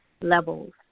levels